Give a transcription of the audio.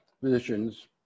physicians